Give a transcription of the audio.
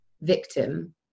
victim